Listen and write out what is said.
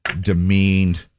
demeaned